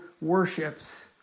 worships